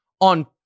on